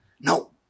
no